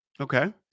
Okay